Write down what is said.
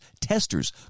testers